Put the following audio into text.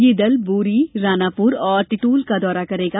यह दल बोरी रानापुर और टीटोल का दौरा करेगा